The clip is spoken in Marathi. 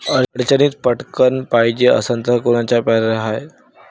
अडचणीत पटकण पायजे असन तर कोनचा पर्याय हाय?